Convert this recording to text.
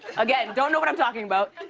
again, don't know what i'm talking about.